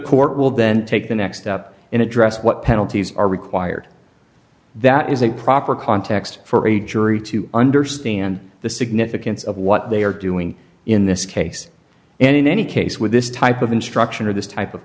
court will then take the next up in address what penalties are required that is a proper context for a jury to understand the significance of what they are doing in this case and in any case with this type of instruction or this type of